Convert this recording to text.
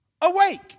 awake